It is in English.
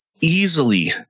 easily